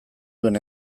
duen